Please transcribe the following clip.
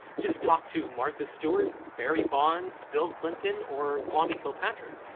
just talk to martha stewart, barry bonds, bill clinton, or kwame kilpatrick.